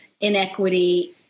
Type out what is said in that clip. inequity